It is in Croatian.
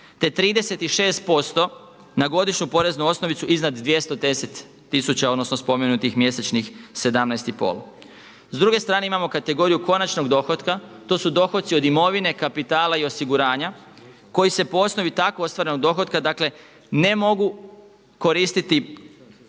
te 36% na godišnju poreznu osnovicu iznad 210 tisuća, odnosno spomenutih mjesečnih 17 i pol. S druge strane imamo kategoriju konačnog dohotka. To su dohodci od imovine, kapitala i osiguranja koji se po osnovi tako ostvarenog dohotka, dakle ne mogu koristiti